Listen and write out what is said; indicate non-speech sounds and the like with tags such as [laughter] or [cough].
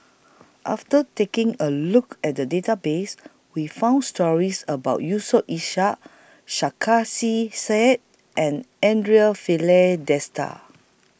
after taking A Look At The Database We found stories about Yusof Ishak Sarkasi Said and Andre Filipe [unintelligible]